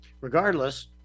Regardless